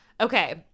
Okay